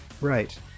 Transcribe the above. Right